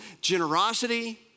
generosity